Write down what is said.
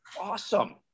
awesome